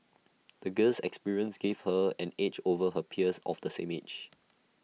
the girl's experiences gave her an edge over her peers of the same age